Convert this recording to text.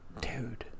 Dude